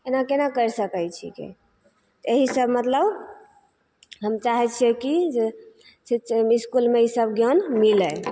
एना केना कैर सकै छिकै एहि से मतलब हम चाहै छियै की जे ईस्कूल मे ईसब ज्ञान मिलै